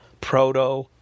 proto